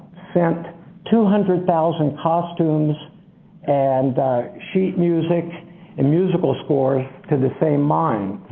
sent two hundred thousand costumes and sheet music and musical scores to the same mine.